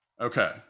Okay